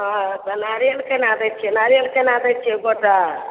हँ तऽ नारिअल केना दै छियै नारिअल केना दै छियै गोटा